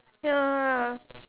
ya